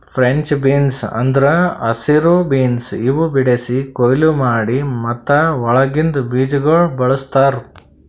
French beans ಅಂದುರ್ ಹಸಿರು beans ಇವು ಬೆಳಿಸಿ, ಕೊಯ್ಲಿ ಮಾಡಿ ಮತ್ತ ಒಳಗಿಂದ್ ಬೀಜಗೊಳ್ ಬಳ್ಸತಾರ್